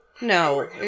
No